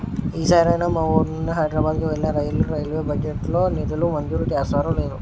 ఈ సారైనా మా వూరు నుండి హైదరబాద్ కు వెళ్ళే రైలుకు రైల్వే బడ్జెట్ లో నిధులు మంజూరు చేస్తారో లేదో